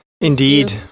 Indeed